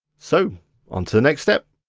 so on to the next step.